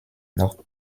noch